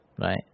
right